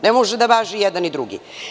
Ne mogu da važe i jedan i drugi.